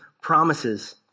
promises